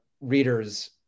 readers